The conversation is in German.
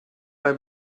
bei